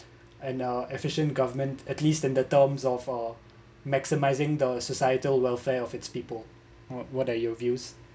and a efficient government at least than the terms of a maximising the societal welfare of its people what are your views